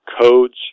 codes